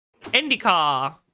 IndyCar